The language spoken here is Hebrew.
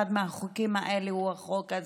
אחד מהחוקים האלה הוא החוק הזה.